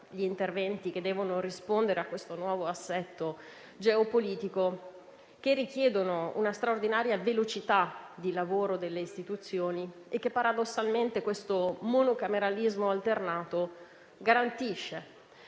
grazie a tutto